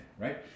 right